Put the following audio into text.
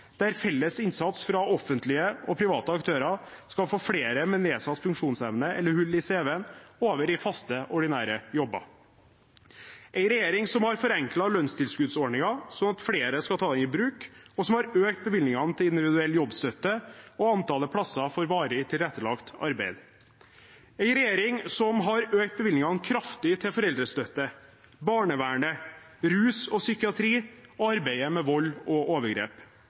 der felles innsats fra offentlige og private aktører skal få flere med nedsatt funksjonsevne eller hull i CV-en over i faste, ordinære jobber. Det er en regjering som har forenklet lønnstilskuddsordningen, sånn at flere skal ta den i bruk, og som har økt bevilgningene til individuell jobbstøtte og antallet plasser for varig tilrettelagt arbeid. Det er en regjering som har økt bevilgningene kraftig til foreldrestøtte, til barnevernet, til arbeidet mot rus og psykiatri og til arbeidet mot vold og overgrep,